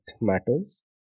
matters